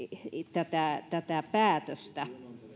tätä tätä päätöstä